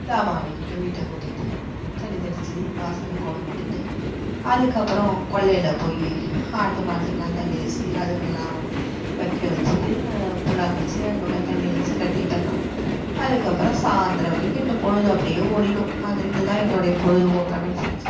சாமான் விளக்கிவிட்டு வீட்டை கூட்டிவிட்டு தண்ணி தெளித்து வாசலில் கோலம் போட்டுவிட்டு அதுக்கப்புறம் கொல்லையில் போய் ஆட்டு மாட்டுக்கெல்லாம் தண்ணி வச்சு அதுங்கெல்லாம் வெக்கை வச்சுட்டு புண்ணாக்கு வச்சு அங்கே தண்ணி வச்சு கட்டிட்டம்னால் அதுக்கப்புறம் சாயந்தரம் வரைக்கும் இந்த பொழுது அப்படியே ஓடிவிடும் அதை இதுதான் என்னுடைய பொழுதுபோக்கான விஷயங்கள்